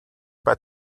but